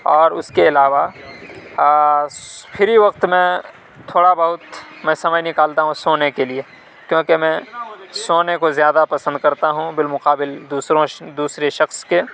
اور اُس كے علاوہ فری وقت میں تھوڑا بہت میں سمعے نکالتا ہوں سونے کے لیے کیوں کہ میں سونے کو زیادہ پسند کرتا ہوں بالمقابل دوسروں دوسرے شخص کے